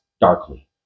darkly